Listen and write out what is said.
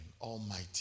almighty